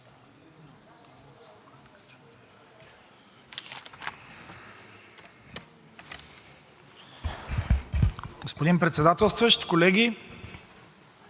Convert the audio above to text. Господин председателстващ, колеги,